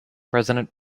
president